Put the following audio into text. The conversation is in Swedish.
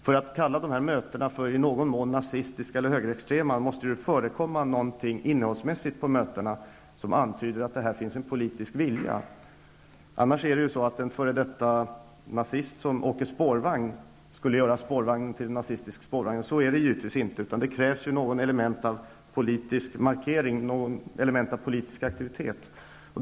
För att man skall kunna kalla mötena i någon mån nazistiska eller högerextrema måste det ju innehållsmässigt förekomma någonting på mötena som antyder att det här finns en politisk vilja. Annars vore det ju så att om en f.d. nazist åker spårvagn skulle det göra spårvagnen till en nazistisk sådan. Så är det givetvis inte, utan det krävs något element av politisk markering, något element av politisk aktivitet.